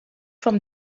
from